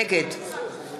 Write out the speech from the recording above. נגד